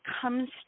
comes